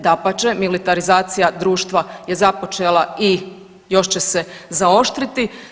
Dapače, militarizacija društva je započela i još će se zaoštriti.